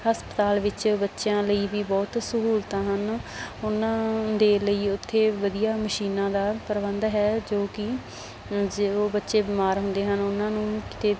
ਹਸਪਤਾਲ ਵਿੱਚ ਬੱਚਿਆਂ ਲਈ ਵੀ ਬਹੁਤ ਸਹੂਲਤਾਂ ਹਨ ਉਹਨਾਂ ਦੇ ਲਈ ਉੱਥੇ ਵਧੀਆ ਮਸ਼ੀਨਾਂ ਦਾ ਪ੍ਰਬੰਧ ਹੈ ਜੋ ਕਿ ਜੇ ਉਹ ਬੱਚੇ ਬਿਮਾਰ ਹੁੰਦੇ ਹਨ ਉਹਨਾਂ ਨੂੰ ਕਿਤੇ